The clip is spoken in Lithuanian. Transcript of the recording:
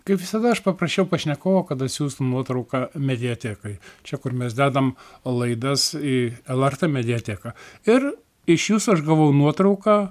kaip visada aš paprašiau pašnekovo kad atsiųstų nuotrauką mediatekai čia kur mes dedam laidas į lrt mediateką ir iš jūsų aš gavau nuotrauką